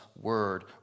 word